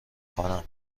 کنم